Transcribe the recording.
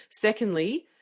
Secondly